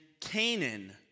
Canaan